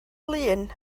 lŷn